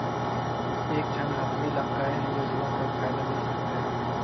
एक झन आदमी ला काय योजना कर फायदा मिल सकथे?